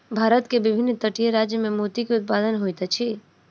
भारत के विभिन्न तटीय राज्य में मोती के उत्पादन होइत अछि